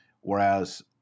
Whereas